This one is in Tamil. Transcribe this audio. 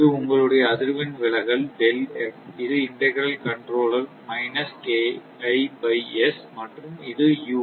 இது உங்களுடைய அதிர்வெண் விலகல் இது இன்டெக்ரல் கண்ட்ரோலர் மற்றும் இது u